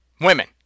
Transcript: women